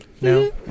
No